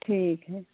ठीक है